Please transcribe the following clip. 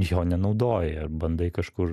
jo nenaudoji bandai kažkur